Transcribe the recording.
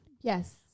Yes